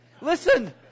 Listen